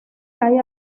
cae